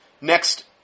Next